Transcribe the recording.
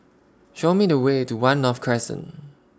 Show Me The Way to one North Crescent